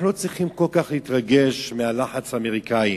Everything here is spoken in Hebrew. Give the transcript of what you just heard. אנחנו לא צריכים כל כך להתרגש מהלחץ האמריקני.